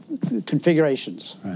configurations